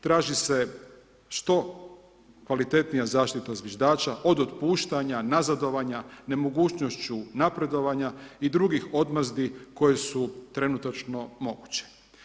Traži se što kvalitetnija zaštita zviždača od otpuštanja, nazadovanja, nemogućnošću napredovanja i drugih odmazdi koje su trenutačno moguće.